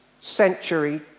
century